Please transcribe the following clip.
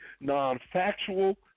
non-factual